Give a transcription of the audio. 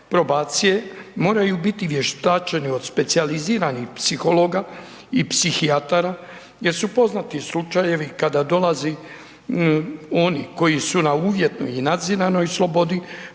probacije moraju biti vještačeni od specijaliziranih psihologa i psihijatara jer su poznati slučajevi kada dolaze oni koji su na uvjetnoj i nadziranom slobodi,